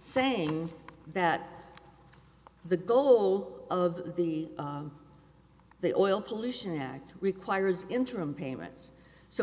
saying that the goal of the the oil pollution act requires interim payments so